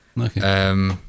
Okay